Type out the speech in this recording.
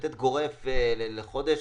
שלתת גורף לחודש,